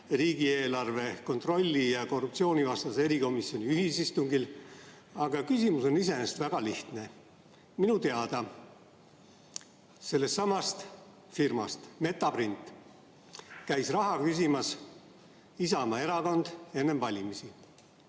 riigieelarve kontrolli ja korruptsioonivastase erikomisjoni ühisistungil. Küsimus iseenesest on väga lihtne. Minu teada sellestsamast firmast Metaprint käis raha küsimas Isamaa Erakond enne valimisi.